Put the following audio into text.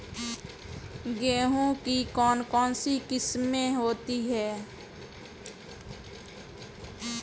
गेहूँ की कौन कौनसी किस्में होती है?